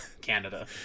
Canada